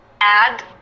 add